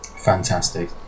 Fantastic